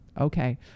Okay